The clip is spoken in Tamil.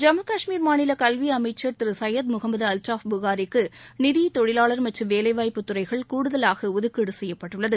ஜம்மு காஷ்மீர் மாநில கல்வி அமைச்ச் திரு சையத் முகமது அவ்டாஃப் புகாரிக்கு நிதி தொழிலாளர் மற்றும் வேலைவாய்ப்பு துறைகள் கூடுதலாக ஒதுக்கீடு செய்யப்பட்டுள்ளது